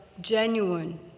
genuine